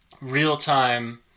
real-time